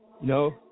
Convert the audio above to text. No